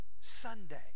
Sunday